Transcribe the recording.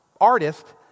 artist